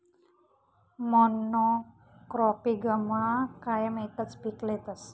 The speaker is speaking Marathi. मोनॉक्रोपिगमा कायम एकच पीक लेतस